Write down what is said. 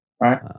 Right